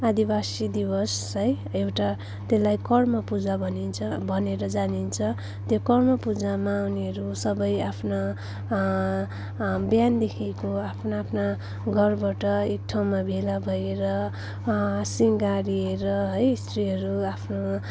आदिवासी दिवस है एउटा त्यसलाई करम पूजा भनिन्छ भनेर जानिन्छ त्यो करम पूजामा आउनेहरू सबै आफ्ना बिहानदेखिको आफ्ना आफ्ना घरबाट एक ठाउँमा भेला भएर सिँगारिएर है स्त्रीहरू आफ्नो